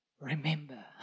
Remember